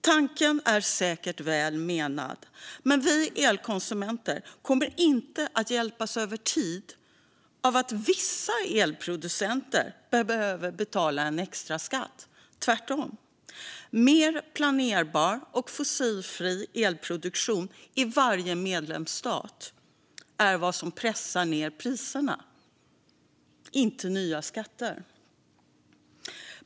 Tanken är säkert väl menad, men vi elkonsumenter kommer inte att hjälpas över tid av att vissa elproducenter behöver betala en extra skatt, tvärtom. Mer planerbar och fossilfri elproduktion i varje medlemsstat är vad som pressar ned priserna, inte nya skatter.